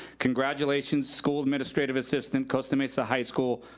congratulations, school administrative assistant, costa mesa high school,